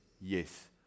yes